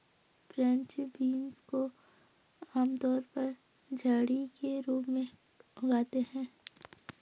French beans को आमतौर पर झड़ी के रूप में उगाते है